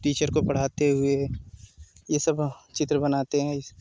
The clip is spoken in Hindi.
टीचर को पढ़ाते हुए ये सब चित्र बनाते हैं